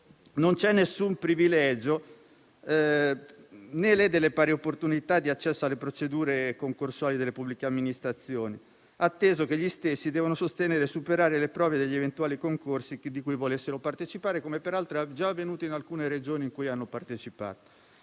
Non c'è nessun privilegio né lede le pari opportunità di accesso alle procedure concorsuali delle pubbliche amministrazioni, atteso che gli stessi devono sostenere e superare le prove degli eventuali concorsi a cui volessero partecipare, come peraltro è già avvenuto in alcune Regioni in cui hanno partecipato.